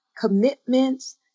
commitments